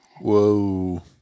Whoa